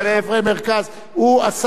אני מצטרף לדבריך,